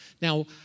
Now